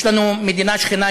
יש לנו מדינה שכנה,